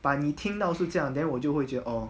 but 你听到是这样 then 我就会觉得 orh